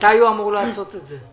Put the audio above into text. מתי הוא אמור לעשות את זה?